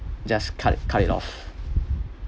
just cut it cut it off